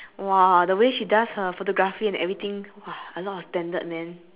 !wah! the way she does her photography and everything !wah! a lot of standard man